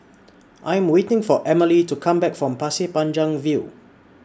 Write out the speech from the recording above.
I Am waiting For Emmalee to Come Back from Pasir Panjang View